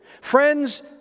Friends